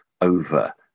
over